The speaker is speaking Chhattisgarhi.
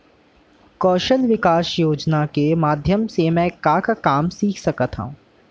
कौशल विकास योजना के माधयम से मैं का का काम सीख सकत हव?